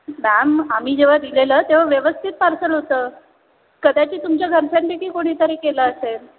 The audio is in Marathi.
मॅम आम्ही जेव्हा दिलेलं तेव्हा व्यवस्थित पार्सल होतं कदाचित तुमच्या घरच्यांपैकी कोणीतरी केलं असेल